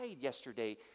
yesterday